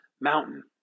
mountain